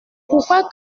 pourquoi